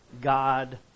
God